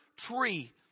tree